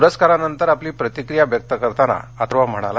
पुरस्कारानंतर आपली प्रतिक्रिया व्यक्त करताना अथर्व म्हणाला